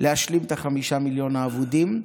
להשלים את חמישה המיליונים האבודים.